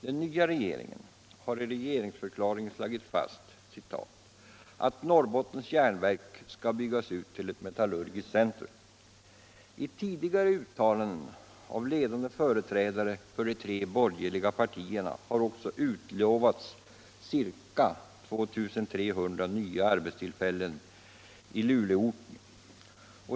Den nya regeringen har i regeringsförklaringen slagit fast att ”Norrbottens Järnverk ——--—-— skall byggas ut till ett metallurgiskt centrum”. I tidigare uttalanden av ledande företrädare för de tre borgerliga partierna har också utlovats ca 2 300 nya arbetstillfällen i Luleåorten.